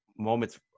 moments